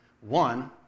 One